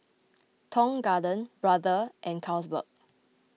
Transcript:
Tong Garden Brother and Carlsberg